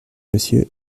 monsieur